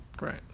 Right